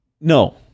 No